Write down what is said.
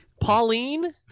Pauline